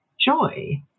joy